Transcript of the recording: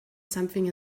something